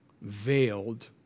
Veiled